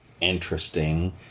interesting